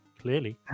clearly